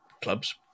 clubs